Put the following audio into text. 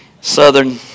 southern